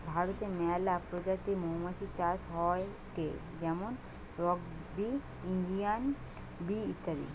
ভারতে মেলা প্রজাতির মৌমাছি চাষ হয়টে যেমন রক বি, ইন্ডিয়ান বি ইত্যাদি